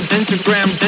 Instagram